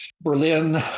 Berlin